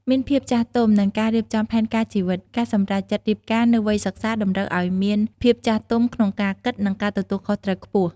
មានភាពចាស់ទុំ និងការរៀបចំផែនការជីវិត ការសម្រេចចិត្តរៀបការនៅវ័យសិក្សាតម្រូវឱ្យមានភាពចាស់ទុំក្នុងការគិត និងការទទួលខុសត្រូវខ្ពស់។